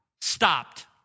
stopped